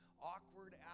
awkward